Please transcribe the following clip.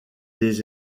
des